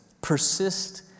persist